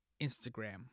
Instagram